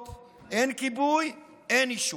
אין סטופ, אין כיבוי, אין אישור.